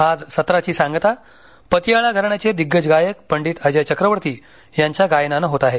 आज सत्राची सांगता पतियाळा घराण्याचे दिग्गज गायक पंडित अजय चक्रवर्ती यांच्या गायनानं होत आहे